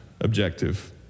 objective